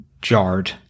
jarred